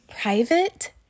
private